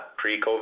pre-COVID